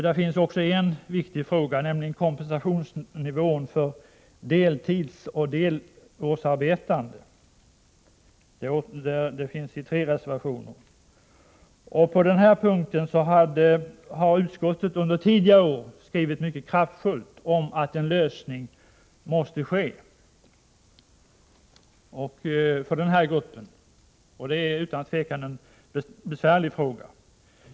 Där finns emellertid också en annan viktig fråga, nämligen kompensationsnivån för deltidsoch delårsarbetande, som har tagits upp i tre reservationer. På den punkten har utskottet under tidigare år skrivit mycket kraftfullt om att en lösning måste åstadkommas för den här gruppen. Det är utan tvivel en besvärlig fråga.